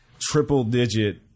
triple-digit